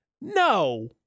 No